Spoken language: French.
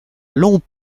longs